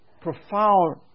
profound